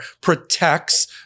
protects